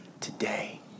today